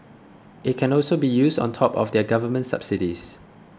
it can also be used on top of their government subsidies